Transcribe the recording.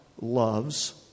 loves